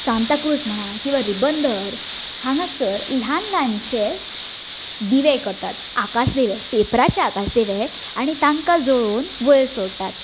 सांताक्रूज म्हणा वा रिबंदर हांगासर ल्हान ल्हानशे दिवे करतात आकास दिवे पेपराचे आकास दिवे आनी तांकां जळोवन वयर सोडटात